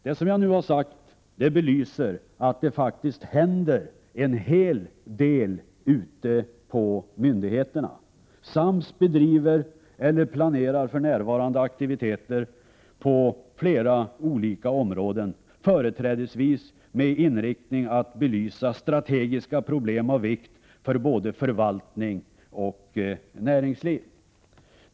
Det som jag nu har sagt belyser att det faktiskt händer en hel del ute på myndigheterna. SAMS bedriver eller planerar för närvarande aktiviteter på flera olika områden, företrädesvis med inriktning på att belysa strategiska problem av vikt för både förvaltning-och näringsliv.